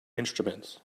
instruments